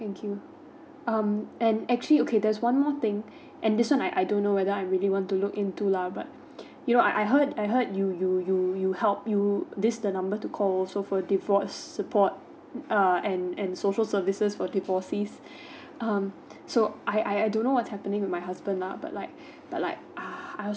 thank you um and actually okay there's one more thing and this one I don't know whether I really want to look into lah but you know I I heard I heard you you you you help you this the number to call so for divorce support uh and and social services for divorcees um so I I don't know what's happening with my husband lah but like but like ah I also